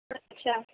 اچھا